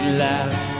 laugh